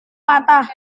patah